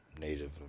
native